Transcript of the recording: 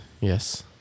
Yes